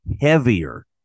heavier